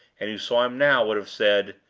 and who saw him now, would have said,